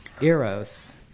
eros